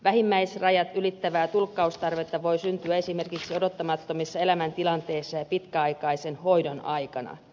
vähimmäisrajat ylittävää tulkkaustarvetta voi syntyä esimerkiksi odottamattomissa elämäntilanteissa ja pitkäaikaisen hoidon aikana